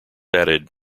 added